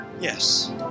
Yes